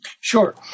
Sure